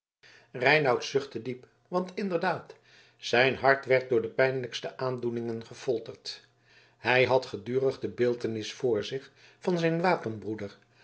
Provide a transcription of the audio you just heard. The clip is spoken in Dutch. reinout zuchtte diep want inderdaad zijn hart werd door de pijnlijkste aandoeningen gefolterd hij had gedurig de beeltenis voor zich van zijn